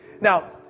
Now